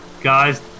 Guys